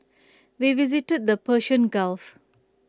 we visited the Persian gulf